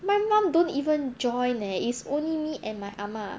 my mom don't even join leh it's only me and my 阿嬷